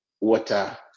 water